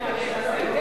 כן, הרי חסר כסף.